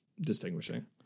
distinguishing